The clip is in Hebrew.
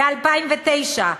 ב-2009,